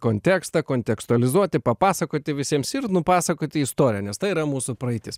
kontekstą kontekstualizuoti papasakoti visiems ir nupasakoti istoriją nes tai yra mūsų praeitis